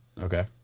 okay